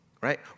right